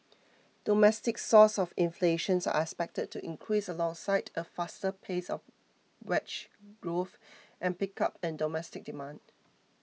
domestic sources of inflation are expected to increase alongside a faster pace